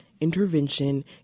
intervention